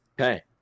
Okay